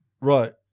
Right